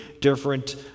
different